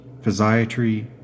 physiatry